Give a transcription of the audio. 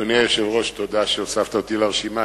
אדוני היושב-ראש, תודה שהוספת אותי לרשימה.